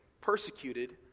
Persecuted